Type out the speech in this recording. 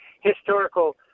historical